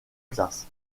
classe